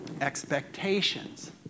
expectations